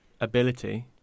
ability